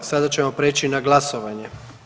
Sada ćemo preći na glasovanje.